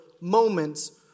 moments